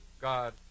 God